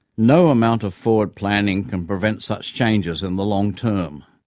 no amount of forward planning can prevent such changes in the long term.